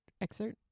excerpt